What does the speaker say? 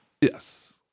yes